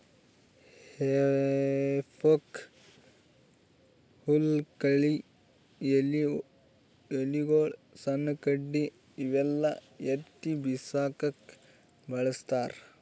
ಹೆಫೋಕ್ ಹುಲ್ಲ್ ಕಳಿ ಎಲಿಗೊಳು ಸಣ್ಣ್ ಕಡ್ಡಿ ಇವೆಲ್ಲಾ ಎತ್ತಿ ಬಿಸಾಕಕ್ಕ್ ಬಳಸ್ತಾರ್